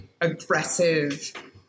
aggressive